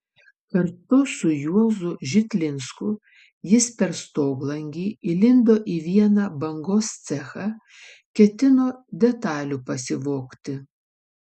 kartu su juozu žitlinsku jis per stoglangį įlindo į vieną bangos cechą ketino detalių pasivogti